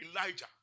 Elijah